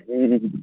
ꯎꯝ